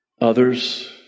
others